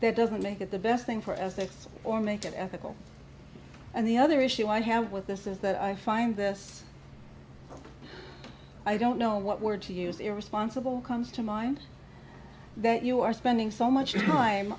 that doesn't make it the best thing for as that's or make it ethical and the other issue i have with this is that i find this i don't know what word to use irresponsible comes to mind that you are spending so much time